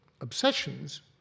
obsessions